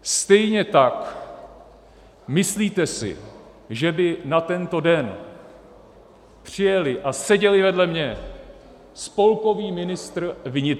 Stejně tak, myslíte si, že by na tento den přijel a seděl vedle mě spolkový ministr vnitra?